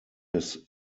his